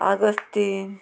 Agostinho